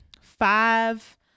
five